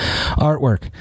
artwork